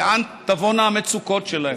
לאן תבואנה המצוקות שלהם.